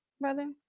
brother